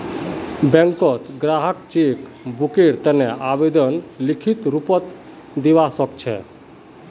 बैंकत ग्राहक चेक बुकेर तने आवेदन लिखित रूपत दिवा सकछे